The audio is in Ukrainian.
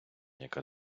яка